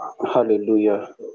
hallelujah